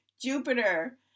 Jupiter